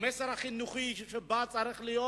המסר החינוכי בה צריך להיות: